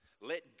let